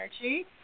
energy